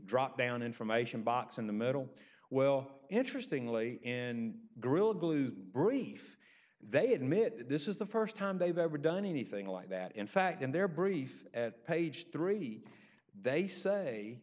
drop down information box in the middle well interestingly and grilled blue brief they admit this is the st time they've ever done anything like that in fact in their brief at page three they say